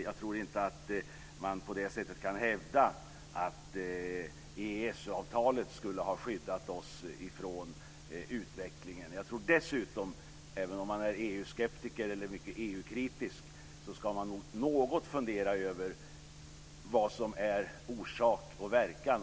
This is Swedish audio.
Jag tror inte att man på det sättet kan hävda att EES-avtalet skulle ha skyddat oss från utvecklingen. Jag tror dessutom att man även om man är EU skeptiker eller mycket EU-kritisk något ska fundera över vad som är orsak och verkan.